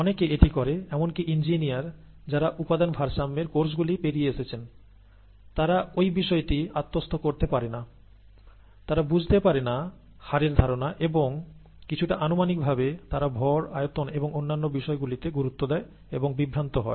অনেকে এটি করে এমনকি ইঞ্জিনিয়ার যারা উপাদান ভারসাম্যের কোর্সগুলি পেরিয়ে এসেছেন তারা ঐ বিষয়টি আত্মস্থ করতে পারেনা তারা বুঝতে পারে না হারের ধারণা এবং কিছুটা আনুমানিকভাবে তারা ভর আয়তন এবং অন্যান্য বিষয় গুলিতে গুরুত্ব দেয় এবং বিভ্রান্ত হয়